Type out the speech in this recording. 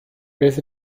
beth